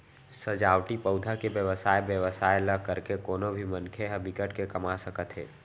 सजावटी पउधा के बेवसाय बेवसाय ल करके कोनो भी मनखे ह बिकट के कमा सकत हे